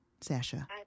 Sasha